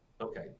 Okay